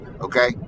okay